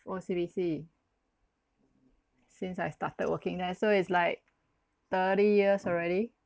O_C_B_C since I started working there so is like thirty years already